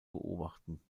beobachten